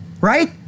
Right